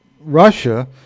Russia